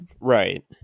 right